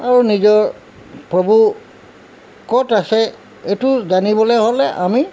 আৰু নিজৰ প্ৰভু ক'ত আছে এইটো জানিবলৈ হ'লে আমি